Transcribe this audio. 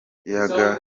kiyaga